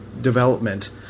development